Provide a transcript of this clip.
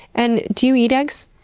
and, do you eat eggs?